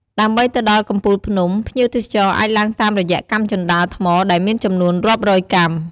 ដើម្បីទៅដល់កំពូលភ្នំ ភ្ញៀវទេសចរអាចឡើងតាមរយៈកាំជណ្ដើរថ្មដែលមានចំនួនរាប់រយកាំ។